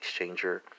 exchanger